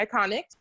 iconic